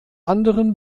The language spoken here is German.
anderen